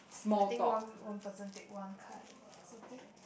I think one one person take one card or something